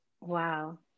Wow